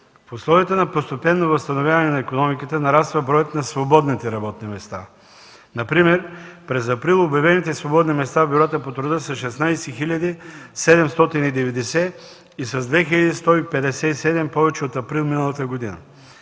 условията на постепенно възстановяване на икономиката нараства броят на свободните работни места. Например през април обявените свободни места в бюрата по труда са 16 хил. 790 и са с 2 хил. 157 повече от април миналата година.